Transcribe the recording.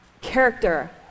character